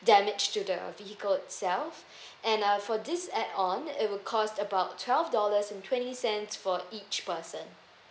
damage to the vehicle itself and uh for this add on it will cost about twelve dollars and twenty cents for each person